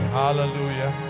hallelujah